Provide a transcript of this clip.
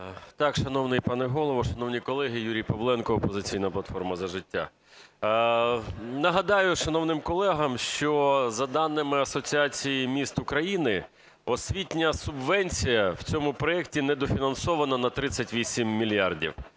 Так, шановний пане Голово, шановні колеги! Юрій Павленко, "Опозиційна платформа – За життя". Нагадаю шановним колегам, що за даними Асоціації міст України освітня субвенція в цьому проекті недофінансована на 38 мільярдів.